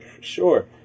Sure